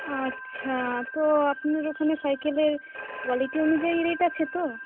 আচ্ছা তো আপনার ওখানে সাইকেলের কোয়ালিটি অনুযায়ী রেট আছে তো